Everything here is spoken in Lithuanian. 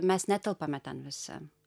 mes netelpame ten visi